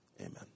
Amen